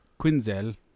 Quinzel